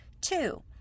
Two